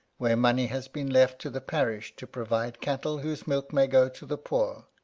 where money has been left to the parish to provide cattle whose milk may go to the poor.